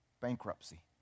bankruptcy